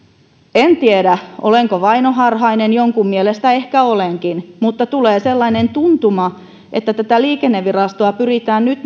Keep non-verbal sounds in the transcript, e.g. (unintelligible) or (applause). en tiedä olenko vainoharhainen jonkun mielestä ehkä olenkin mutta tulee sellainen tuntuma että tätä liikennevirastoa pyritään nyt (unintelligible)